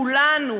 כולנו,